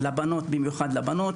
במיוחד לבנות.